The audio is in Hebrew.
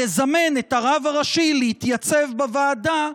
לזמן את הרב הראשי להתייצב בוועדה,